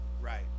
right